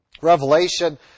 Revelation